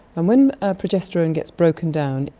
and when progesterone gets broken down,